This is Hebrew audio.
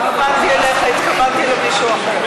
לא התכוונתי אליך, התכוונתי למישהו אחר.